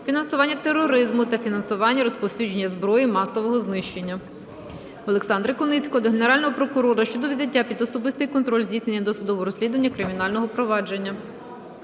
фінансуванню тероризму та фінансуванню розповсюдження зброї масового знищення". Олександра Куницького до Генерального прокурора щодо взяття під особистий контроль здійснення досудового розслідування кримінального провадження.